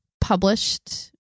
published